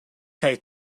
kaj